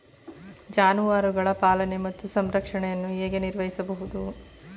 ಜಾನುವಾರುಗಳ ಪಾಲನೆ ಮತ್ತು ಸಂರಕ್ಷಣೆಯನ್ನು ಹೇಗೆ ನಿರ್ವಹಿಸಬಹುದು?